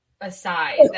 aside